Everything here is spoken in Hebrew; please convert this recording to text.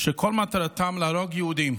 שכל מטרתם להרוג יהודים,